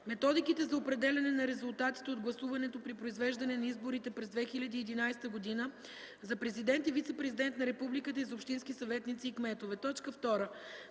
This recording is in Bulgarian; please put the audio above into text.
методиките за определяне на резултатите от гласуването при произвеждане на изборите през 2011 г. за президент и вицепрезидент на републиката и за общински съветници и кметове;